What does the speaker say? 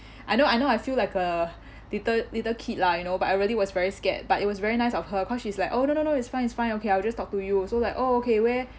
I know I know I feel like a little little kid lah you know but I really was very scared but it was very nice of her cause she's like oh no no no it's fine it's fine okay I'll just talk to you so like oh okay where